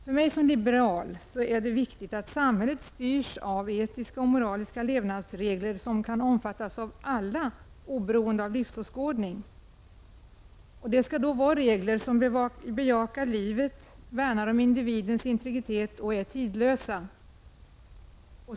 För mig som liberal är det viktigt att samhället styrs av etiska och moraliska levnadsregler som kan omfattas av alla oberoende av livsåskådning. Det skall vara regler som bejakar livet, värnar om individens integritet och som är tidlösa.